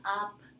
up